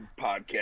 podcast